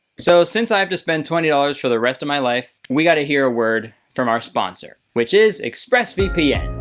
so since i have to spend twenty dollars for the rest of my life we gotta hear a word from our sponsor, which is express vpn.